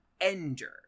ender